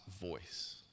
voice